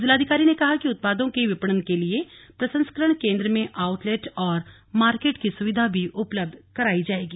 जिलाधिकारी ने कहा कि उत्पादों के विपणन के लिए प्रसंस्करण केन्द्र में आउटलेट और मार्केट की सुविधा भी उपलब्ध कराई जाएगी